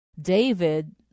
David